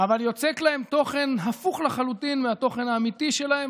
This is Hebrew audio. אבל יוצק להם תוכן הפוך לחלוטין מהתוכן האמיתי שלהם,